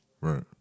Right